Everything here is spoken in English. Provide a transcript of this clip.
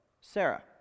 Sarah